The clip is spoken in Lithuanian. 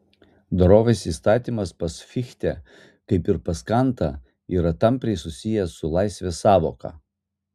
dorovės įstatymas pas fichtę kaip ir pas kantą yra tampriai susijęs su laisvės sąvoka